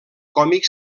còmic